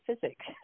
physics